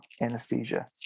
anesthesia